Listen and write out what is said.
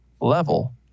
level